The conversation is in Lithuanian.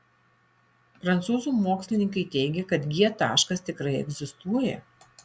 prancūzų mokslininkai teigia kad g taškas tikrai egzistuoja